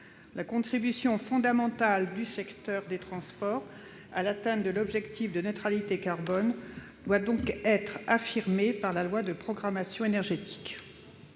La contribution fondamentale du secteur des transports à l'atteinte de l'objectif de neutralité carbone doit donc être affirmée par la loi de programmation énergétique.